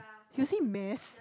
you say mass